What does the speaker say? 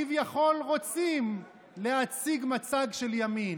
כביכול, רוצים להציג מצג של ימין.